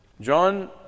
John